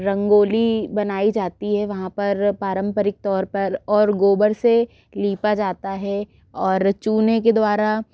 रंगोली बनाई जाती है वहाँ पर पारंपरिक तौर पर और गोबर से लिपा जाता है और चूने के द्वारा